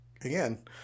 again